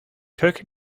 cook